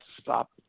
stop